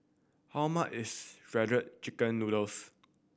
how much is Shredded Chicken Noodles